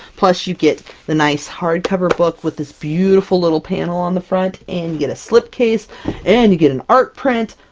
plus you get the nice hardcover book, with this beautiful little panel on the front, and you get a slip case and you get an art print!